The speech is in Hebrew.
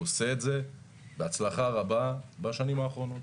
הוא עושה את זה בהצלחה רבה בשנים האחרונות.